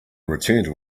returned